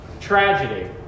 tragedy